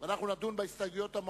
הדיון בהסתייגויות.